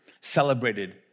celebrated